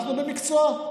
אנחנו במקצוע,